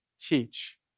teach